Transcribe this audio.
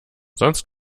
sonst